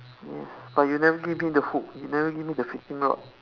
yes but you never give me the hook you never give me the fishing rod